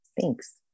Thanks